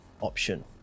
option